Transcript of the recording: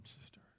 sister